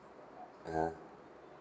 (uh huh)